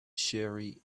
surrey